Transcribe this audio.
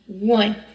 One